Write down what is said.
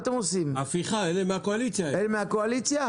הפיכה, אלה מהקואליציה.